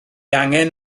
angen